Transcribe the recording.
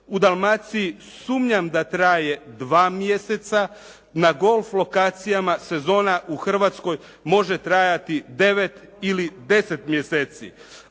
u Dalmaciji sumnjam da traje dva mjeseca. Na golf lokacijama sezona u Hrvatskoj može trajati devet ili deset mjeseci